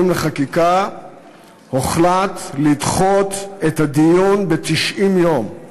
לחקיקה הוחלט לדחות את הדיון ב-90 יום.